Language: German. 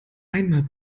einmal